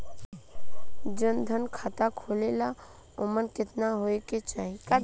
जन धन खाता खोले ला उमर केतना होए के चाही?